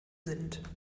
sind